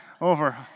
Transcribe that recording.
over